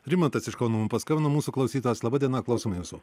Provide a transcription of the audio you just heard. rimantas iš kauno mum paskambino mūsų klausytojas laba diena klausom jūsų